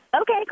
Okay